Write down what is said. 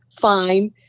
fine